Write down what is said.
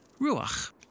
ruach